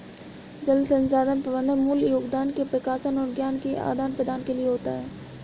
जल संसाधन प्रबंधन मूल योगदान के प्रकाशन और ज्ञान के आदान प्रदान के लिए होता है